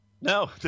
No